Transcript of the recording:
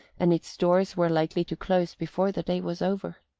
and its doors were likely to close before the day was over.